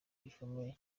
gikomeye